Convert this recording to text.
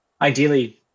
ideally